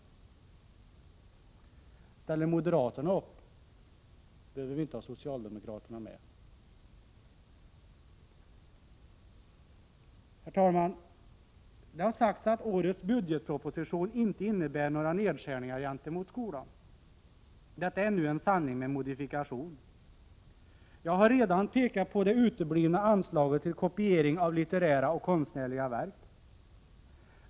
Om moderaterna ställer upp bakom ett sådant förslag behöver vi inte ha socialdemokraterna med. Herr talman! Det har sagts att årets budgetproposition inte innebär några nedskärningar i skolan. Detta är nu en sanning med modifikation. Jag har redan pekat på det uteblivna anslaget till kopiering av litterära och konstnärliga verk.